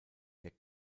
der